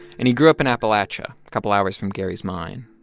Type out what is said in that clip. and he grew up in appalachia a couple hours from gary's mine.